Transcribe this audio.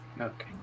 Okay